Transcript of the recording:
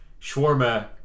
Shawarma